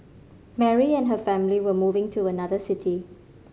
Mary and her family were moving to another city